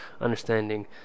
understanding